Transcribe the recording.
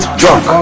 drunk